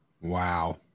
Wow